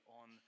on